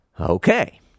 Okay